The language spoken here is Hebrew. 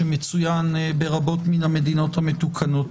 שמצוין ברבות מן המדינות המתוקנות.